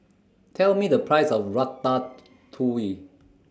Tell Me The Price of Ratatouille